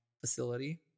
facility